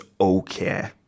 okay